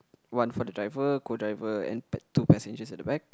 one for the driver co driver and t~ two passengers at the back